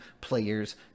players